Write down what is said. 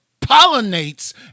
pollinates